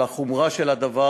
על החומרה של הדבר.